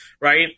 Right